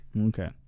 Okay